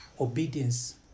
obedience